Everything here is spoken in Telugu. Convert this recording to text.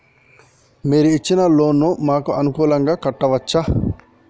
మీరు ఇచ్చిన లోన్ ను మాకు అనుకూలంగా కట్టుకోవచ్చా?